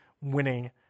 winning